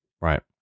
Right